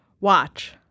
Watch